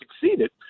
succeeded